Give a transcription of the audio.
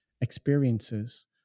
experiences